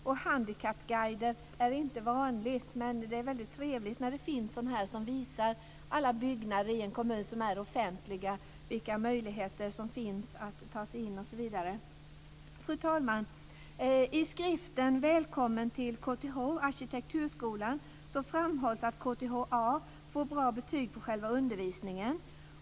Och handikappguider är inte vanliga, men det är väldigt trevligt när det finns handikappguider som visar alla byggnader i en kommun som är offentliga och vilka möjligheter som finns att ta sig in, osv. Fru talman! I skriften Välkommen till KTH - Arkitekturskolan framhålls att KTH-A får bra betyg på själva undervisningen.